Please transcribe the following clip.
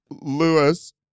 Lewis